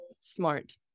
smart